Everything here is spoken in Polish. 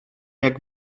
jak